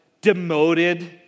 demoted